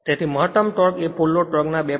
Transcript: તેથી મહત્તમ ટોર્ક એ ફુલ લોડ ટોર્ક ના 2